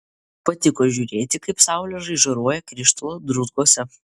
patiko žiūrėti kaip saulė žaižaruoja krištolo druzguose